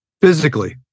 physically